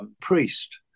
priest